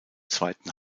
zweiten